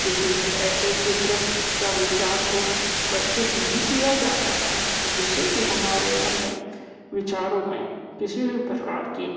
किसी भी ऐसे क्षेत्र या विचार को प्रस्तुत नहीं किया जाता है जिससे कि हमारे मन में विचारों में किसी भी प्रकार की